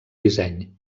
disseny